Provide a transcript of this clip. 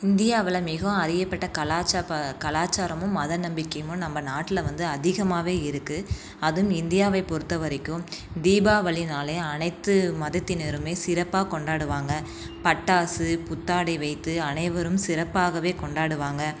இந்தியாவில் மிகவும் அறியப்பட்ட கலாச்சாப்ப கலாச்சாரமும் மத நம்பிக்கையும் நம்ப நாட்டில் வந்து அதிகமாகவே இருக்கு அதுவும் இந்தியாவைப் பொருத்த வரைக்கும் தீபாவளினாலே அனைத்து மதத்தினருமே சிறப்பாக கொண்டாடுவாங்க பட்டாசு புத்தாடை வைத்து அனைவரும் சிறப்பாகவே கொண்டாடுவாங்க